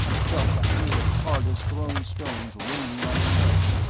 felt the hail hard as thrown stones raining on his head.